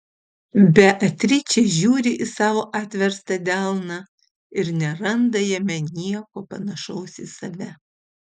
beatričė žiūri į savo atverstą delną ir neranda jame nieko panašaus į save